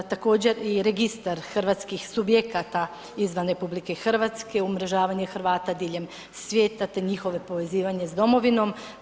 Također i Registar hrvatskih subjekata izvan RH, umrežavanje Hrvata diljem svijeta te njihovo povezivanje s domovinom.